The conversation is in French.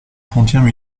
frontières